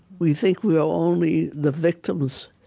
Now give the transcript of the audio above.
we think we are only the victims